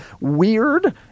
weird